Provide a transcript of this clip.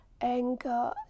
anger